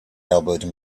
elbowed